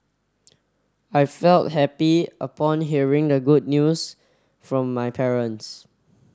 I felt happy upon hearing the good news from my parents